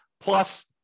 plus